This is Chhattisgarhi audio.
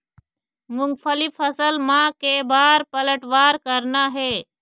मूंगफली फसल म के बार पलटवार करना हे?